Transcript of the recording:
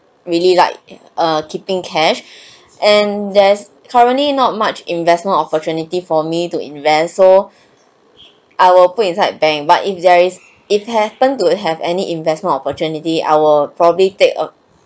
really like err keeping cash and there's currently not much investment opportunity for me to invest so I will put inside bank but if there is if happen to have any investment opportunity I will probably take a